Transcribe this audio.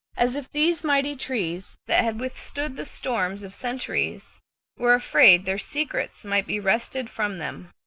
as if these mighty trees that had withstood the storms of centuries were afraid their secrets might be wrested from them.